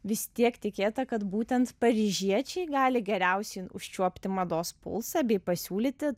vis tiek tikėta kad būtent paryžiečiai gali geriausiai užčiuopti mados pulsą bei pasiūlyti